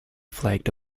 flagged